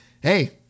hey